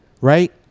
right